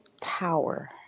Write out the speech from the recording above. power